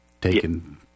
taken